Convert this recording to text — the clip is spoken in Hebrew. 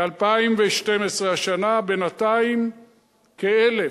ב-2012, השנה, בינתיים כ-1,000.